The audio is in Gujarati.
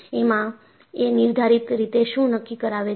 એમાં એ નિર્ધારિત રીતે શું નક્કી કરાવે છે